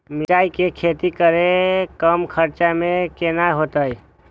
मिरचाय के खेती करे में कम खर्चा में केना होते?